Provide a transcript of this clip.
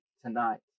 tonight